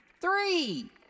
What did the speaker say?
three